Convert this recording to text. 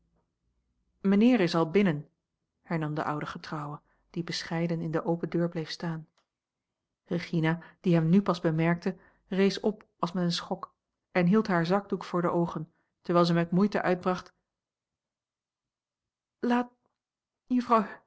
mijnheer is al binnen hernam de oude getrouwe die bescheiden in de open deur bleef staan regina die hem nu pas bemerkte rees op als met een schok en hield haar zakdoek voor de oogen terwijl zij met moeite uitbracht laat juffrouw